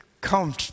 come